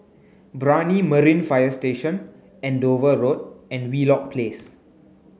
Brani Marine Fire Station Andover Road and Wheelock Place